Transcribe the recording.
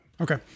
Okay